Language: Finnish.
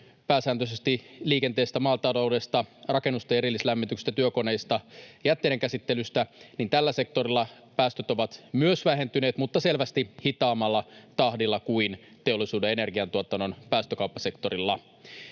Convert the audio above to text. pääsääntöisesti liikenteestä, maataloudesta, rakennusten erillislämmityksestä, työkoneista, jätteiden käsittelystä — päästöt ovat myös vähentyneet, mutta selvästi hitaammalla tahdilla kuin teollisuuden ja energiantuotannon päästökauppasektorilla.